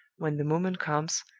when the moment comes,